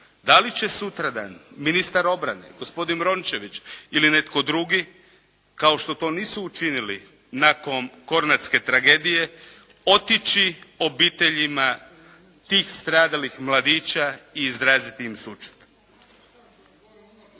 da li će sutradan ministar obrane gospodin Rončević ili netko drugi kao što to nisu učinili nakon kornatske tragedije otići obiteljima tih stradalih mladića i izraziti im sućut.